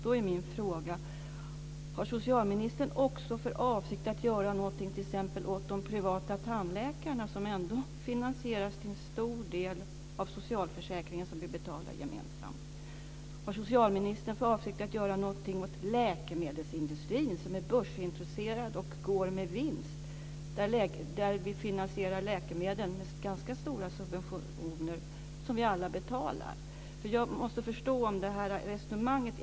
Då är mina frågor: Har socialministern också för avsikt att göra någonting t.ex. åt de privata tandläkare som till en stor del finansieras av socialförsäkringen, som vi betalar gemensamt? Har socialministern för avsikt att göra någonting åt läkemedelsindustrin, som är börsintroducerad och går med vinst? Vi finansierar läkemedlen med ganska stora subventioner som vi alla betalar. Jag måste förstå det här resonemanget.